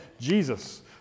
Jesus